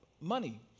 money